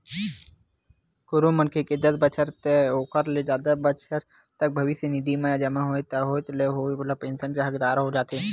कोनो मनखे के दस बछर ते ओखर ले जादा बछर तक भविस्य निधि जमा होथे ताहाँले ओ ह पेंसन के हकदार हो जाथे